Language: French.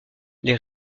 les